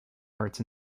arts